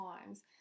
times